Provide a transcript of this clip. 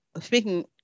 speaking